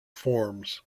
forms